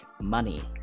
money